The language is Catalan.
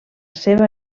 seva